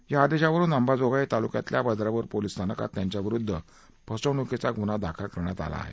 या आदेशा वरून अंबाजोगाई तालुक्यातील बर्दापूर पोलीस स्थानकात त्यांच्याविरुद्ध फसवणुकीचा गुन्हा दाखल करण्यात आला आहे